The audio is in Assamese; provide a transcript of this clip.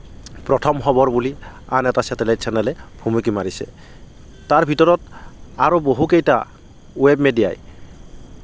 প্ৰথম খবৰ বুলি আন এটা চেটেলাইট চেনেলে ভুমুকি মাৰিছে তাৰ ভিতৰত আৰু বহু কেইটা ৱেব মিডিয়াই